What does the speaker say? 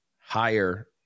higher